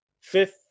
Fifth